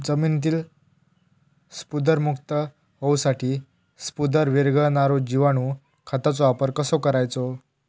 जमिनीतील स्फुदरमुक्त होऊसाठीक स्फुदर वीरघळनारो जिवाणू खताचो वापर कसो करायचो?